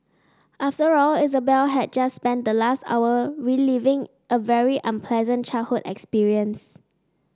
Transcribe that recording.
after all Isabel had just spent the last hour reliving a very unpleasant childhood experience